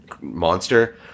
monster